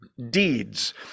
Deeds